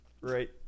Right